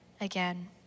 again